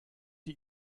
die